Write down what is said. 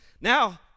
now